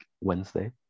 Wednesday